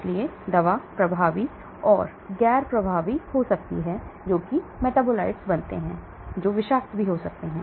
इसलिए दवा प्रभावी और गैर प्रभावी हो सकती है जो मेटाबोलाइट्स बनते हैं जो विषाक्त हो सकता है